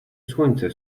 słońce